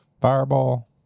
Fireball